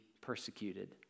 persecuted